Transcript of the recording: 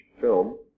film